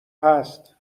هست